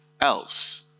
else